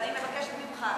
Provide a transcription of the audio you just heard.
אבל אני מבקשת ממך,